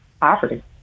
poverty